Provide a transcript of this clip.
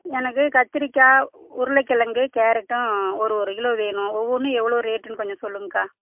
எனக்கு கத்திரிக்காய் உருளைக்கிழங்கு கேரட்டும் ஒரு ஒரு கிலோ வேணும் ஒவ்வொன்றும் எவ்வளோ ரேட்டுன்னு கொஞ்சம் சொல்லுங்க்கா